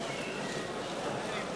(הישיבה